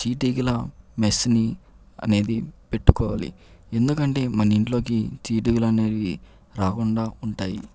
చీటీగల mesh ని అనేది పెట్టుకోవాలి ఎందుకంటే మన ఇంట్లోకి చీటీగలనేవి రాకుండా ఉంటాయి